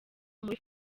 muri